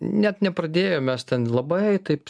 net nepradėjom mes ten labai taip